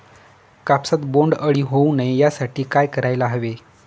कापसात बोंडअळी होऊ नये यासाठी काय करायला हवे?